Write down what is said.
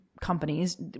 companies